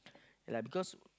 ya lah because